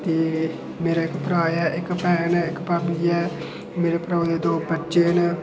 ते मेरा इक भ्राऽ ऐ इक भैन ऐ इक भाबी ऐ मेरे भ्राऊ दे दो बच्चे न